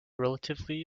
relatively